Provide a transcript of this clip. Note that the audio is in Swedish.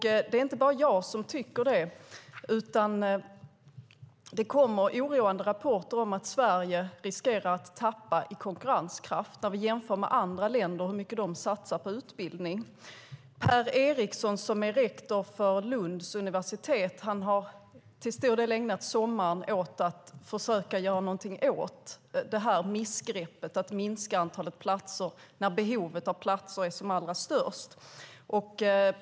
Det är inte bara jag som tycker det. Det kommer oroande rapporter om att Sverige riskerar att tappa i konkurrenskraft när vi jämför med andra länder, hur mycket de satsar på utbildning. Per Eriksson, som är rektor för Lunds universitet, har till stor del ägnat sommaren åt att försöka göra någonting åt missgreppet att minska antalet platser när behovet av platser är som allra störst.